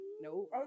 No